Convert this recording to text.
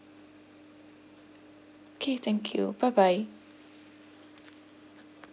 okay thank you bye bye